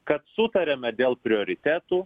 kad sutariame dėl prioritetų